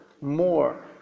more